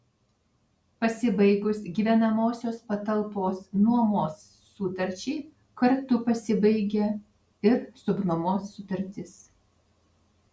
pasibaigus gyvenamosios patalpos nuomos sutarčiai kartu pasibaigia ir subnuomos sutartis